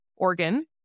organ